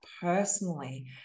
personally